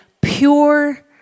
Pure